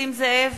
נסים זאב,